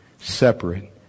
Separate